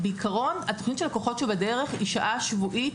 התכנית של "הכ"חות שבדרך" היא שעה שבועית,